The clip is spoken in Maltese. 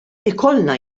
ikollna